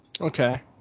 Okay